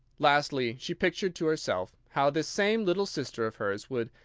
lastly, she pictured to herself how this same little sister of hers would,